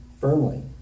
firmly